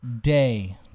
day